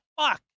fuck